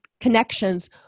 connections